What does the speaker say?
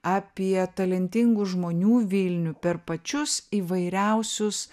apie talentingų žmonių vilnių per pačius įvairiausius